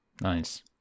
Nice